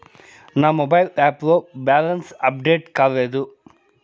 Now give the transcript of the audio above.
నా mobile app లో balance update కాలేదు